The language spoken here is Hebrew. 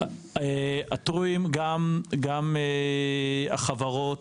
חלק מהעותרים הן החברות